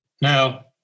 Now